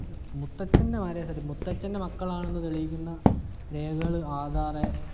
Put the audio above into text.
മുത്തച്ഛൻ്റെ marriage certificate മുത്തച്ഛൻ്റെ മക്കളാണെന്ന് തെളിയിക്കുന്ന രേഖകൾ ആധാർ